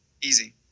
Easy